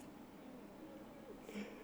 is the general one